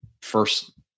First